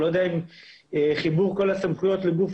אני לא יודע אם חיבור כל הסמכויות לגוף